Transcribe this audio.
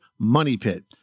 MONEYPIT